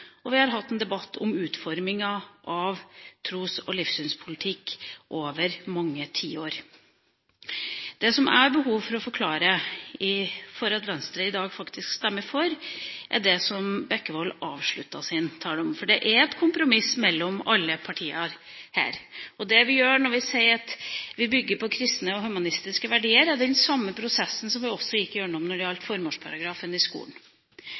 og vi har hatt en debatt om utforminga av tros- og livssynspolitikk over mange tiår. Det som jeg har behov for å forklare når Venstre i dag stemmer for, er det som representanten Bekkevold avsluttet sin tale med. Det er et kompromiss mellom alle partier her. Det vi gjør når vi sier at vi bygger på kristne og humanistiske verdier, er å gå igjennom den samme prosessen som vi gikk igjennom når det gjaldt formålsparagrafen i skolen.